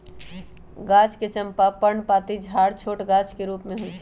चंपा के गाछ पर्णपाती झाड़ छोट गाछ के रूप में होइ छइ